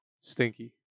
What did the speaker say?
stinky